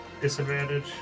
Disadvantage